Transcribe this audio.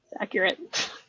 Accurate